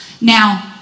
Now